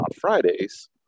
Fridays